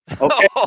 Okay